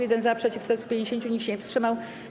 1 - za, przeciw - 450, nikt się nie wstrzymał.